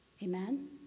Amen